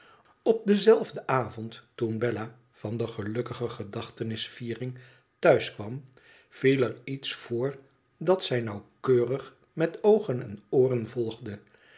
op denzelfden avond toen bella van de gelukkige gedachtenisviering thuis kwam viel er iets voor dat zij nauwkeurig met oogen en ooren volgde